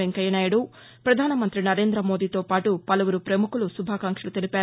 వెంకయ్య నాయుడు ప్రధానమంత్రి నరేంద్ర మోదీతో పాటు పలువురు ప్రముఖులు శుభాకాంక్షలు తెలిపారు